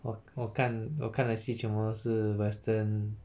我我看我看的戏全部都是 western